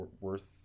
worth